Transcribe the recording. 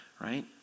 right